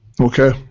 Okay